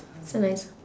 so nice